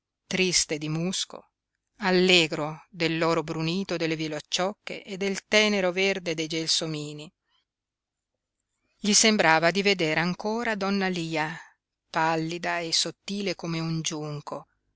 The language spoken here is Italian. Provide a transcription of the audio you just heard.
triste di musco allegro dell'oro brunito delle violacciocche e del tenero verde dei gelsomini gli sembrava di veder ancora donna lia pallida e sottile come un giunco